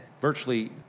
Virtually